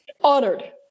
Honored